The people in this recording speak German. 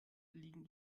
liegen